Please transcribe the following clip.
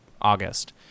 August